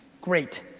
great.